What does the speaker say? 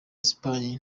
esipanye